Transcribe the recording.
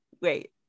wait